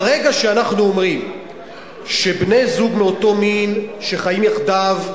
ברגע שאנחנו אומרים שבני-זוג מאותו מין שחיים יחדיו,